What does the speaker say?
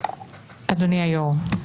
אדוני היושב ראש,